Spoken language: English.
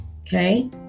Okay